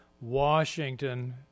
Washington